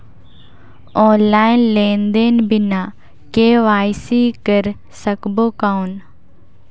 Online लेनदेन बिना KYC कर सकबो कौन??